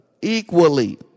equally